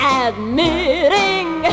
admitting